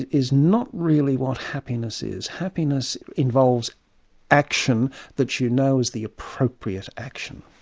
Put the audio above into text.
is not really what happiness is happiness involves action that you know is the appropriate action.